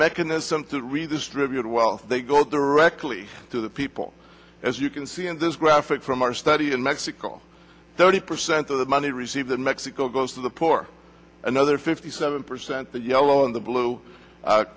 mechanism to redistribute wealth they go directly to the people as you can see in this graphic from our study in mexico thirty percent of the money received in mexico goes to the poor another fifty seven percent that yellow on the blue